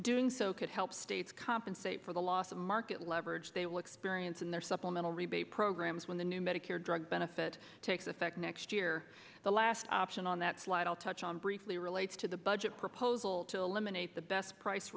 doing so could help states compensate for the loss of market leverage they will experience in their supplemental rebate programs when the new medicare drug benefit takes effect next year the last option on that slide i'll touch on briefly relates to the budget proposal to eliminate the best price